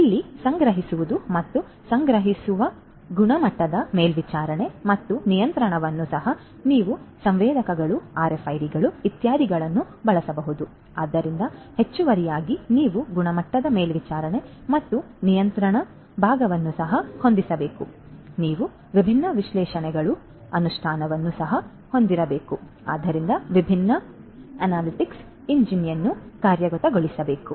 ಆದ್ದರಿಂದ ಇಲ್ಲಿ ಸಂಗ್ರಹಿಸುವುದು ಮತ್ತು ಸಂಗ್ರಹಿಸುವುದು ಮತ್ತು ಗುಣಮಟ್ಟದ ಮೇಲ್ವಿಚಾರಣೆ ಮತ್ತು ನಿಯಂತ್ರಣವನ್ನು ಸಹ ನೀವು ಸಂವೇದಕಗಳು ಆರ್ಎಫ್ಐಡಿಗಳು ಇತ್ಯಾದಿಗಳನ್ನು ಬಳಸಬಹುದು ಆದರೆ ಹೆಚ್ಚುವರಿಯಾಗಿ ನೀವು ಗುಣಮಟ್ಟದ ಮೇಲ್ವಿಚಾರಣೆ ಮತ್ತು ನಿಯಂತ್ರಣ ಭಾಗವನ್ನು ಸಹ ಹೊಂದಿರಬೇಕು ನೀವು ವಿಭಿನ್ನ ವಿಶ್ಲೇಷಣೆಗಳ ಅನುಷ್ಠಾನವನ್ನು ಸಹ ಹೊಂದಿರಬೇಕು ಆದ್ದರಿಂದ ವಿಭಿನ್ನ ಅನಾಲಿಟಿಕ್ಸ್ ಎಂಜಿನ್ ಅನ್ನು ಕಾರ್ಯಗತಗೊಳಿಸಬೇಕು